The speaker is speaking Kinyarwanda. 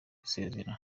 gusezera